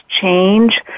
change